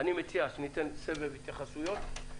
אני מציע שניתן סבב התייחסויות,